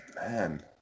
Man